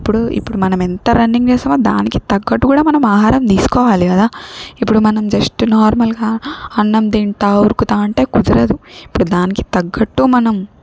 ఇప్పుడు ఇప్పుడు మనం ఎంత రన్నింగ్ చేస్తామో దానికి తగ్గట్టు కూడా మనం ఆహారం తీసుకోవాలి కదా ఇప్పుడు మనం జస్ట్ నార్మల్గా అన్నం తింటా ఉరుకుతా అంటే కుదరదు ఇప్పుడు దానికి తగ్గట్టు మనం